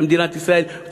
של מדינת ישראל,